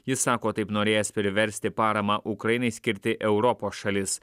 jis sako taip norėjęs priversti paramą ukrainai skirti europos šalis